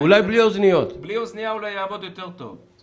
הבנקים לא בודקים תחילה ועושים אחר כך,